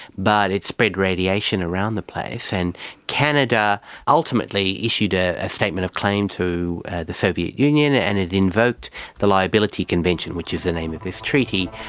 but it spread radiation around the place. and canada ultimately issued ah a statement of claim to the soviet union and it invoked the liability convention, which is the name of this treaty.